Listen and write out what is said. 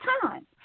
time